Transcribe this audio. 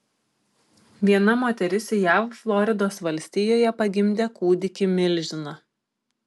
viena moteris jav floridos valstijoje pagimdė kūdikį milžiną